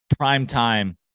primetime